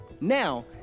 Now